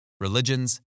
religions